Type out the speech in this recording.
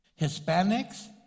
Hispanics